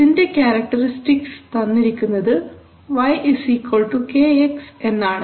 ഇതിൻറെ ക്യാരക്ടറിസ്റ്റിക്സ് തന്നിരിക്കുന്നത് y Kx എന്നാണ്